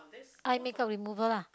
eye makeup removal lah